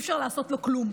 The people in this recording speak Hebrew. אי-אפשר לעשות לו כלום.